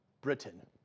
Britain